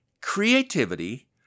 Creativity